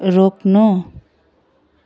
रोक्नु